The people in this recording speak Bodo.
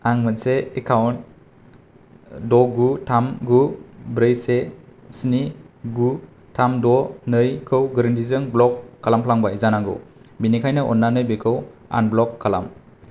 आं मोनसे एकाउन्ट द' गु थाम गु ब्रै से स्नि गु थाम द' नैखौ गोरोन्थिजों ब्ल'क खालामफ्लांबाय जानांगौ बेनिखायनो अन्नानै बेखौ आनब्ल'क खालाम